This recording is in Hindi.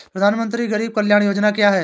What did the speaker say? प्रधानमंत्री गरीब कल्याण योजना क्या है?